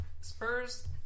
Spurs